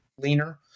leaner